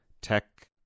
Tech